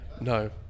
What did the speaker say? No